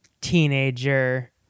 teenager